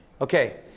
Okay